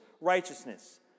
righteousness